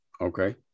Okay